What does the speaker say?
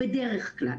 בדרך כלל